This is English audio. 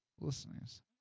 listeners